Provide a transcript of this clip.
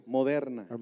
Moderna